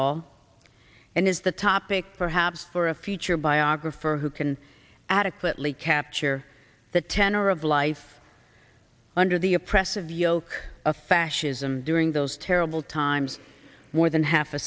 all and is the topic perhaps for a future biographer who can adequately capture the tenor of life under the oppressive yoke of fascism during those terrible times more than half a